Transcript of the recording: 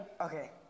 Okay